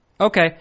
Okay